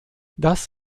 das